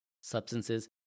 substances